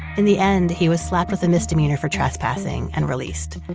in the end, he was slapped with a misdemeanor for trespassing and released.